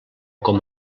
com